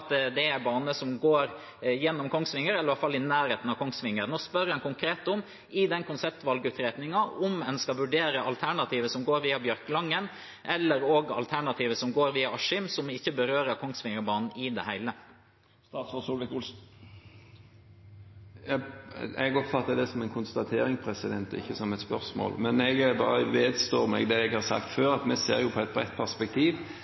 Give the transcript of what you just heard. det er en bane som går gjennom Kongsvinger, eller i alle fall i nærheten av Kongsvinger. En spør konkret om man i den konseptvalgutredningen skal vurdere alternativene som går via Bjørkelangen og Askim, som ikke berører Kongsvingerbanen i det hele tatt. Jeg oppfatter det som en konstatering, ikke som et spørsmål. Jeg bare står ved det jeg har sagt før: Vi ser det i et bredt perspektiv.